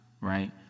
right